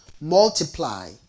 multiply